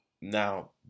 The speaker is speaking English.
Now